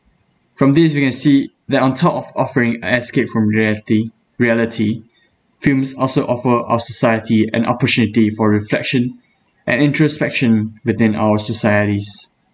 from this you can see that on top of offering escape from reality reality films also offer our society an opportunity for reflection and introspection within our societies